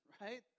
right